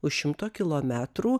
už šimto kilometrų